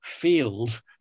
field